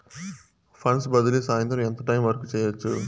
funds బదిలీ సాయంత్రం ఎంత టైము వరకు చేయొచ్చు